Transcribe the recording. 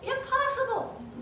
Impossible